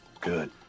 Good